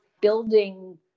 building